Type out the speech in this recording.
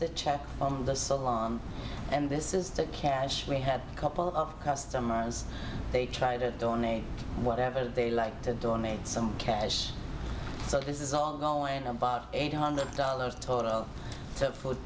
the check from the so long and this is the cash we have a couple of customers they try to donate whatever they like to donate some cash so this is all going above eight hundred dollars total